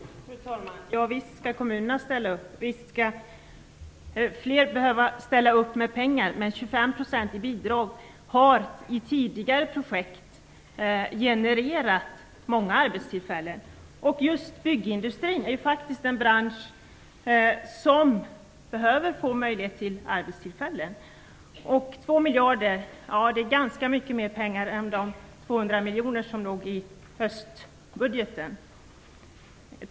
Fru talman! Ja, visst skall kommunerna ställa upp! Visst behöver fler ställa upp med pengar, men 25 % i bidrag har i tidigare projekt genererat många arbetstillfällen. Just byggindustrin är en bransch som behöver få arbetstillfällen. Och 2 miljarder är ganska mycket mer pengar än de 200 miljoner som fanns i höstbudgeten.